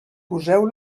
poseu